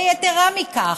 ויתרה מזו,